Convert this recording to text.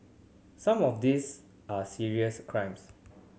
some of these are serious crimes